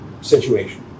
situation